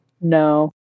No